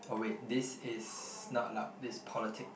oh wait this is not allow this is politics